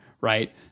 right